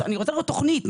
צריך לזכור בהקשר הזה שהיום,